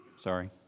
Sorry